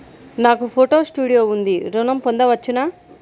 నాకు photo studio ఉంది ఋణం పొంద వచ్చునా?